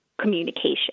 communication